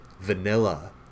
vanilla